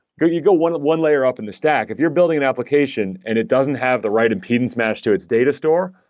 you go one one layer up in the stack. if you're building an application and it doesn't have the right impedance match to its data store,